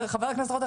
חבר הכנסת רוטמן,